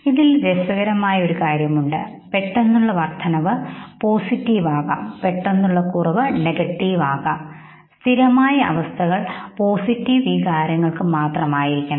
ഇതിൽ രസകരമായ ഒരു കാര്യമുണ്ട് പെട്ടെന്നുള്ള വർദ്ധനവ് പോസിറ്റീവ് ആകാം പെട്ടെന്നുള്ള കുറവ് നെഗറ്റീവ് ആകാം സ്ഥിരമായ അവസ്ഥകൾ പോസിറ്റീവ് വികാരങ്ങൾ മാത്രമായിരിക്കണം